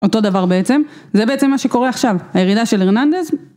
אותו דבר בעצם, זה בעצם מה שקורה עכשיו, הירידה של ארננדז.